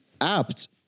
apt